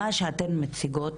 מה שאתן מציגות